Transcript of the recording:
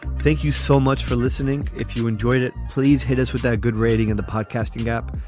thank you so much for listening. if you enjoyed it, please hit us with that good rating in the podcasting app.